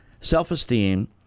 Self-esteem